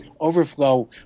overflow